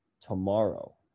tomorrow